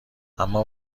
اما